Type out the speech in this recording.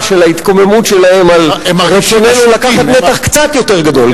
של ההתקוממות שלהם על רצוננו לקחת נתח קצת יותר גדול.